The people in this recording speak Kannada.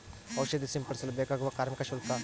ಔಷಧಿ ಸಿಂಪಡಿಸಲು ಬೇಕಾಗುವ ಕಾರ್ಮಿಕ ಶುಲ್ಕ?